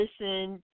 listen